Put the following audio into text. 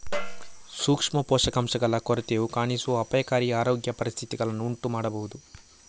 ಸೂಕ್ಷ್ಮ ಪೋಷಕಾಂಶಗಳ ಕೊರತೆಯು ಕಾಣಿಸುವ ಅಪಾಯಕಾರಿ ಆರೋಗ್ಯ ಪರಿಸ್ಥಿತಿಗಳನ್ನು ಉಂಟು ಮಾಡಬಹುದು